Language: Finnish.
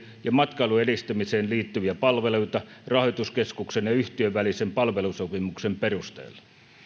ja matkailun edistämiseen liittyviä palveluita rahoituskeskuksen ja yhtiön välisen palvelusopimuksen perusteella